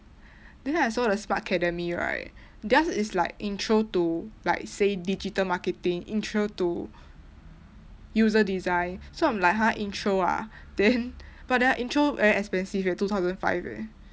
then I saw the smartcademy right theirs is like intro to like say digital marketing intro to user design so I'm like !huh! intro ah then but their intro very expensive eh two thousand five eh